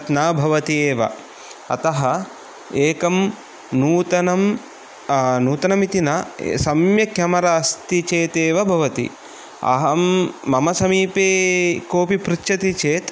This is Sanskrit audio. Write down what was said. न भवति एव अतः एकं नूतनं नूतनम् इति न सम्यक् केमरा अस्ति चेत् एव भवति अहं मम समीपे कोपि पृच्छति चेत्